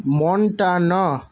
montana